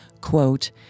quote